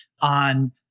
on